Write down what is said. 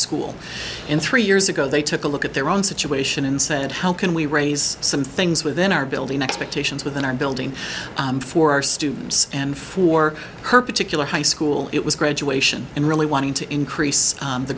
school in three years ago they took a look at their own situation and said how can we raise some things within our building expectations within our building for our students and for her particular high school it was graduation in really wanting to increase the